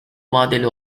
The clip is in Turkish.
vadeli